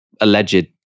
alleged